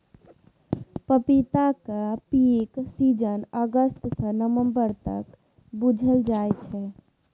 पपीताक पीक सीजन अगस्त सँ नबंबर तक बुझल जाइ छै